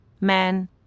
men